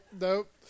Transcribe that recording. nope